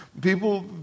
People